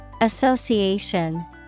Association